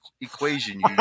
equation